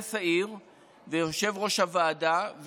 מהנדס העיר ויושב-ראש הוועדה.